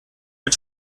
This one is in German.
mit